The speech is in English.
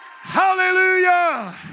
Hallelujah